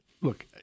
Look